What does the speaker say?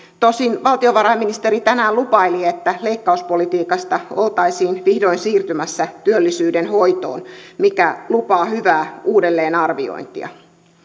tosin valtiovarainministeri tänään lupaili että leikkauspolitiikasta oltaisiin vihdoin siirtymässä työllisyyden hoitoon mikä lupaa hyvää uudelleenarviointia